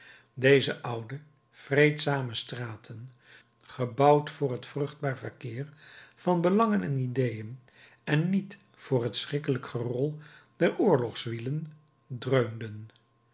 deze oude vreedzame straten gebouwd voor het vruchtbaar verkeer van belangen en ideeën en niet voor het schrikkelijk gerol der oorlogswielen dreunden